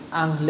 ang